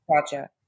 Gotcha